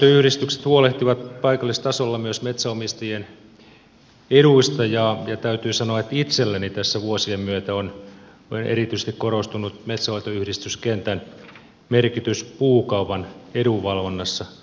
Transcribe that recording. metsänhoitoyhdistykset huolehtivat paikallistasolla myös metsänomistajien eduista ja täytyy sanoa että itselleni tässä vuosien myötä on erityisesti korostunut metsänhoitoyhdistyskentän merkitys puukaupan edunvalvonnassa